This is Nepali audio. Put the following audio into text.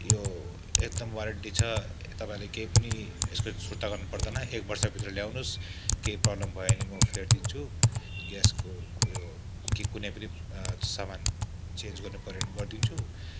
यो एकदम वारन्टी छ तपाईँले केही पनि यसको सुर्ता गर्नुपर्दैन एक वर्षभित्र ल्याउनुहोस् केही प्रब्लम भयो भने म फेरिदिन्छु ग्यासको उयो कि कुनै पनि सामान चेन्ज गर्नुपऱ्यो भने गरिदिन्छु